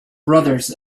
brothers